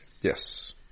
Yes